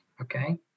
Okay